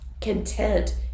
content